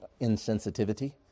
insensitivity